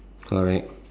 correct